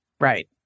Right